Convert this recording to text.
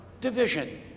division